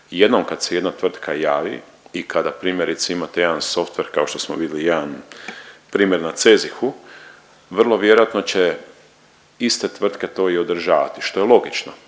Jednom kad se jedna tvrtka javi i kada primjerice imate jedan softver kao što smo vidjeli jedan primjer na CEZIH-u vrlo vjerojatno će iste tvrtke to i održavati, što je logično,